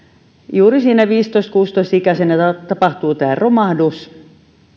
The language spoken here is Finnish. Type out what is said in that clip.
juuri siinä viidentoista viiva kuudentoista ikäisenä tapahtuu tämä romahdus